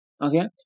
Okay